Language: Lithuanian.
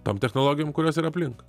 tom technologijom kurios yra aplink